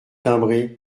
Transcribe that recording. timbré